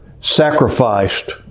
sacrificed